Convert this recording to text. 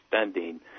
spending